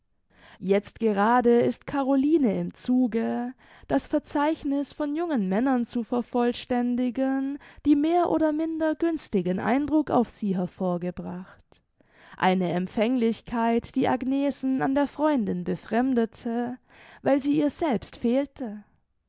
jetzt gerade ist caroline im zuge das verzeichniß von jungen männern zu vervollständigen die mehr oder minder günstigen eindruck auf sie hervorgebracht eine empfänglichkeit die agnesen an der freundin befremdete weil sie ihr selbst fehlte